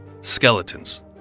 Skeletons